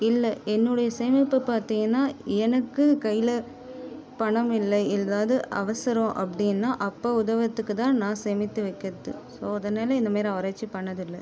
இல்லை என்னோடைய சேமிப்பு பார்த்திங்கன்னா எனக்கு கையில் பணமில்லை எதாவது அவசரம் அப்படின்னா அப்போ உதவறத்துக்கு தான் நான் சேமித்து வைக்கிறது ஸோ அதனால் இந்தமாதிரி ஆராய்ச்சி பண்ணதில்லை